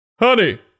Honey